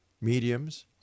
mediums